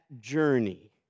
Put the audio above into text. journey